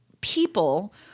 People